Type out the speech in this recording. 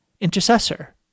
intercessor